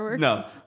No